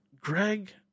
Greg